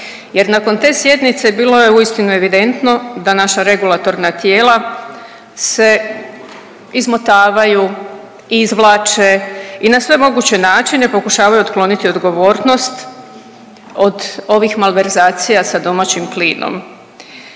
jer nakon te sjednice bilo je uistinu evidentno da naša regulatorna tijela se izmotavaju i izvlače i na sve moguće načine pokušavaju otkloniti odgovornost od ovih malverzacija sa domaćim plinom,